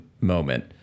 moment